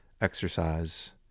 exercise